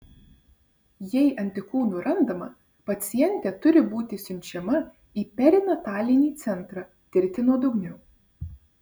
jei antikūnų randama pacientė turi būti siunčiama į perinatalinį centrą tirti nuodugniau